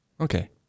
Okay